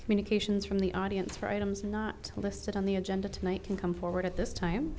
communications from the audience for items not listed on the agenda tonight can come forward at this